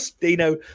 Dino